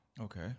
Okay